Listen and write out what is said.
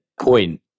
point